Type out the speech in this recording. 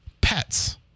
Pets